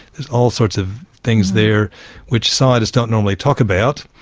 there's all sorts of things there which scientists don't normally talk about,